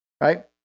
right